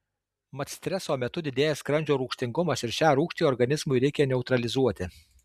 mat streso metu didėja skrandžio rūgštingumas ir šią rūgštį organizmui reikia neutralizuoti